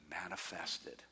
manifested